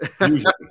Usually